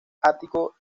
ático